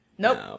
Nope